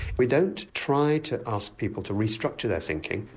we don't try to ask people to restructure their thinking.